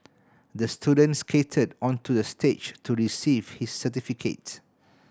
the student skated onto the stage to receive his certificate